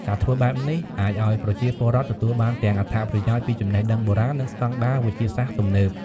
ការធ្វើបែបនេះ អាចឲ្យប្រជាពលរដ្ឋទទួលបានទាំងអត្ថប្រយោជន៍ពីចំណេះដឹងបុរាណ និងស្តង់ដារវិទ្យាសាស្ត្រទំនើប។